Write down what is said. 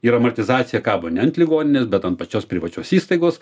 ir amortizacija kabo ne ant ligoninės bet ant pačios privačios įstaigos